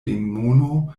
demono